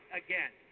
again